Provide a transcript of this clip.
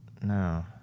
No